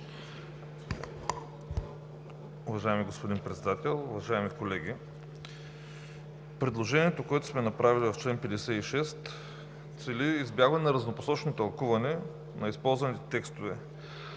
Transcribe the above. Уважаеми господин Председател, уважаеми колеги! Предложението, което сме направили в чл. 56, цели избягване на разнопосочно тълкуване на използваните текстове.